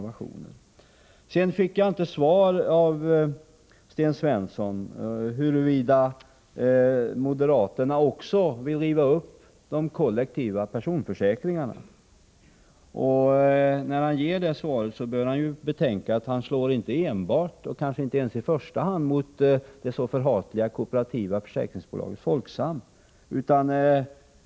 Jag fick sedan inget svar av Sten Svensson på frågan om moderaterna också vill riva upp de kollektiva personförsäkringarna. När han ger det svaret bör han betänka att han inte enbart eller ens i första hand slår mot det för honom förhatliga kooperativa företaget Folksam.